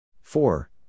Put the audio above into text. Four